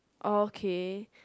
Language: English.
oh okay